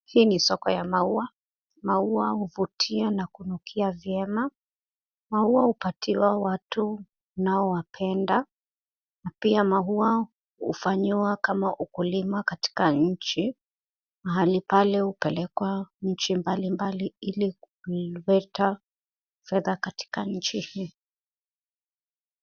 Hii ni soko ya maua. Maua huvutia na kunukia vyema. Maua hupatiwa watu unaowapenda na pia maua hufanyiwa kama ukulima katika nchi. Mahali pale hupelekwa mji mbalimbali ili kuileta fedha katika nchi hii.